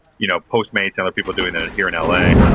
you know, postmates, i know people doing that here in la.